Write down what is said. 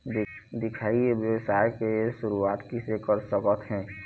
दिखाही ई व्यवसाय के शुरुआत किसे कर सकत हे?